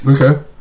Okay